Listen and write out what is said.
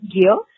gear